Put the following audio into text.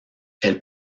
elle